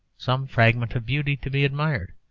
some fragment of beauty to be admired.